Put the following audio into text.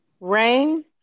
rain